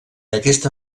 aquesta